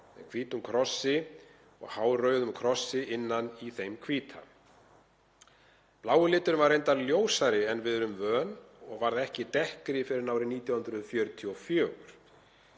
hvítum krossi og hárauðum krossi innan í þeim hvíta. Blái liturinn var reyndar ljósari en við erum vön og varð ekki dekkri fyrr en árið 1944.